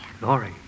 Laurie